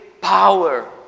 power